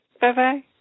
bye-bye